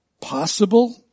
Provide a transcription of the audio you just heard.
Possible